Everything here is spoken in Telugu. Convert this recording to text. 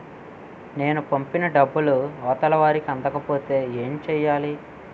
నేను పంపిన డబ్బులు అవతల వారికి అందకపోతే ఏంటి చెయ్యాలి?